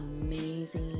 amazing